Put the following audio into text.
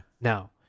Now